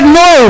no